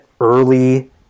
early